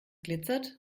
glitzert